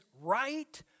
right